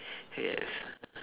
yes